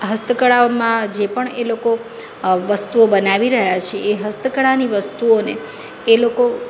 હસ્તકળાઓમાં જે પણ એ લોકો વસ્તુઓ બનાવી રહ્યા છે એ હસ્તકળાની વસ્તુઓને એ લોકો